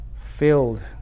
filled